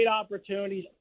opportunities